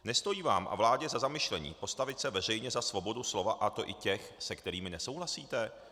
Nestojí vám a vládě za zamyšlení, postavit se veřejně za svobodu slova, a to i těch, s kterými nesouhlasíte?